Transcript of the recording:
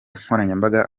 nkoranyambaga